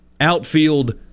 outfield